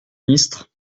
ministre